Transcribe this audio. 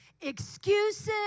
excuses